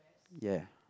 ya